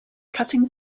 cutting